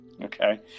Okay